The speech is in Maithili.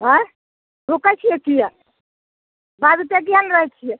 अँए रुकै छिए किएक बाजिते किएक ने रहै छिए